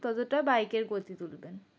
ততটা বাইকের গতি তুলবেন